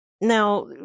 Now